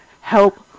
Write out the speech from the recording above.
help